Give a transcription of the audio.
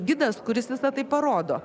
gidas kuris visą tai parodo